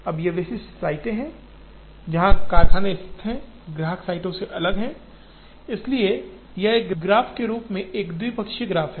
अब ये विशिष्ट साइटें जहां कारखाने स्थित हैं ग्राहक साइटों से अलग हैं इसलिए यह एक ग्राफ के रूप में एक द्विपक्षीय ग्राफ है